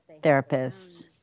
therapists